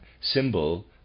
symbol